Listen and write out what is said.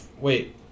wait